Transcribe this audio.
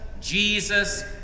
Jesus